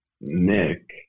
Nick